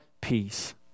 peace